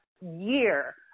year